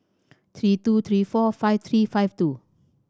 three two three four five three five two